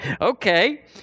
okay